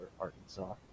Arkansas